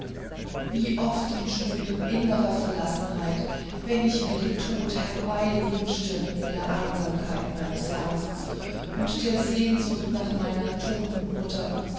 wie oft in stunden innerer verlassenheit wenn ich mir den tod herbeiwünschte in der einsamkeit meines herzens und der sehnsucht nach meiner toten mutter